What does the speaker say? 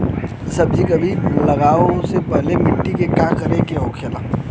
सब्जी कभी लगाओ से पहले मिट्टी के का करे के होखे ला?